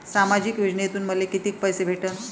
सामाजिक योजनेतून मले कितीक पैसे भेटन?